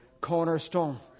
cornerstone